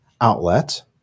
outlet